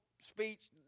speech